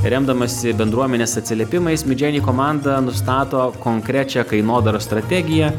remdamasi bendruomenės atsiliepimais midjourney komanda nustato konkrečią kainodaros strategiją